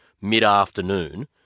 mid-afternoon